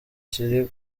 kiri